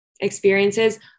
experiences